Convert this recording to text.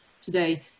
today